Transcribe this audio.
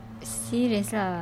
serious lah